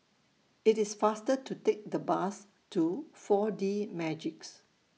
IT IS faster to Take The Bus to four D Magix